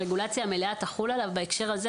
הרגולציה המלאה תחול עליו בהקשר הזה.